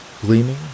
gleaming